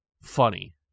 funny